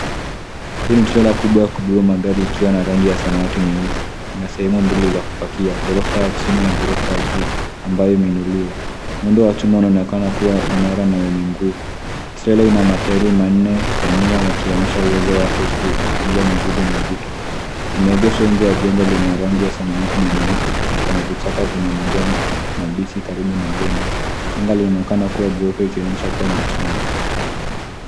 Hii ni trela kubwa ya kubeba magari ikiwa na rangi ya samawati nyeusi. Ina sehemu mbili za kupakia, gorofa ya chini na gorofa ya juu ambayo imeinuliwa. Muundo wa chuma unaonekana kuwa imara na wenye nguu. Trela ina matairi manne ya nyuma yakionyesha uwezo wake wa kubeba mizigo mizito. Imeegeshwa nje ya jengo lenye rangi ya samawati na nyeupe na kuna vichaka vyenye majani mabichi kwenye jengo. Anga linaonekana kuwa jeupe ikionyesha kuwa ni mchana.